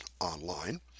online